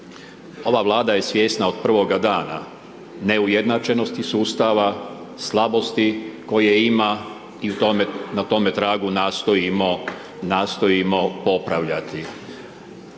ova Vlada je svjesna od prvoga dana neujednačenosti sustava, slabosti koje ima i na tome tragu nastojimo popravljati.